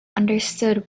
understood